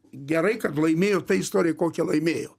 gerai kad laimėjo ta istorija kokia laimėjo